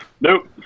Nope